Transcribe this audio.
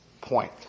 point